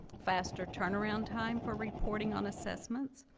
faster turnaround time for reporting on assessments,